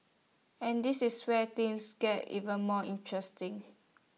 and this is where things get even more interesting